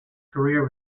career